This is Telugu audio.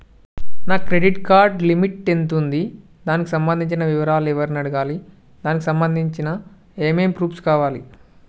నా క్రెడిట్ లిమిట్ ఎంత ఉంది? దానికి సంబంధించిన వివరాలు ఎవరిని అడగాలి? దానికి సంబంధించిన ఏమేం ప్రూఫ్స్ కావాలి?